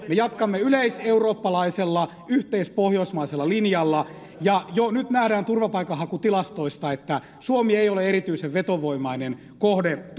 me jatkamme yleiseurooppalaisella yhteispohjoismaisella linjalla ja jo nyt nähdään turvapaikanhakutilastoista että suomi ei ole erityisen vetovoimainen kohde